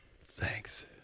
Thanks